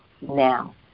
now